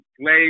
play